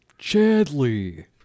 Chadley